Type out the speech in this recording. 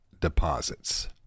deposits